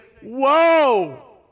whoa